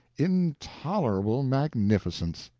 intolerable magnificence.